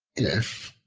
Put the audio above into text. if,